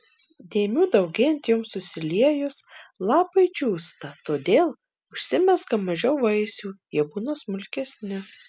dėmių daugėjant joms susiliejus lapai džiūsta todėl užsimezga mažiau vaisių jie būna smulkesni